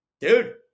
dude